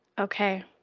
Okay